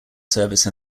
service